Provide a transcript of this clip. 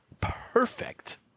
perfect